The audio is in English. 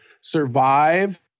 survive –